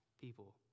people